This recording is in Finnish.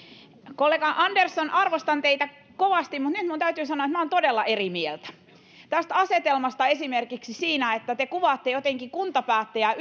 kollega andersson arvostan teitä kovasti mutta nyt minun täytyy sanoa että minä olen todella eri mieltä tästä asetelmasta esimerkiksi siinä että te kuvaatte kuntapäättäjää